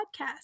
Podcast